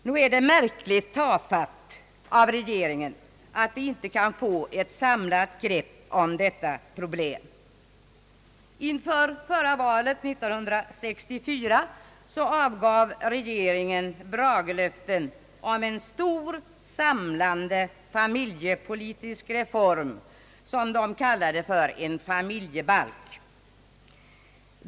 Nog är det märkligt tafatt av regeringen att vi inte kan få ett samlat grepp om detta problem. Inför valet 1964 avgav regeringen bragelöften om en stor samlande familjepolitisk reform, som man kallade för en familjebalk.